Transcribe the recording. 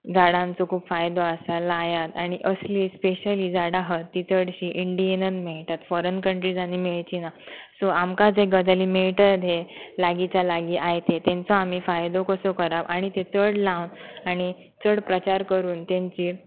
झाडांचो खूब फायदो आसा लायात आनी असली स्पेशली झाडां आहत ती चडशी इंडियेनच मेळटत फॉरॅन कंट्रीझांनी मेळचीं ना सो आमकां जे गजाली मेळटत हे लागींच्या लागीं आयते तेंचो आमी फायदो कसो करप आनी ते चड लावन आनी चड प्रचार करून तेंची